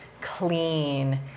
clean